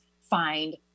find